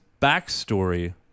backstory